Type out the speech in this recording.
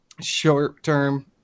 short-term